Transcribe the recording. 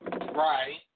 Right